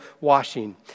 washing